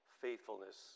faithfulness